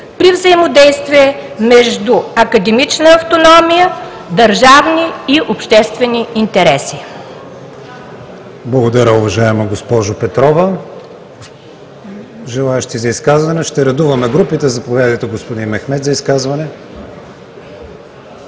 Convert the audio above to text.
при взаимодействие между академична автономия, държавни и обществени интереси.